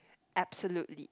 absolutely